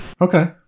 Okay